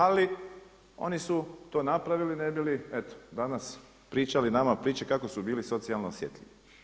Ali oni su to napravili ne bi li eto danas pričali nama priče kako su bili socijalno osjetljivi.